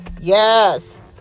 Yes